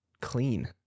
clean